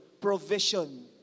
provision